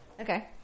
Okay